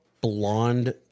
blonde